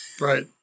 right